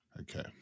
Okay